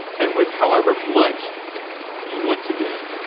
and with however much you want to give,